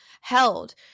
held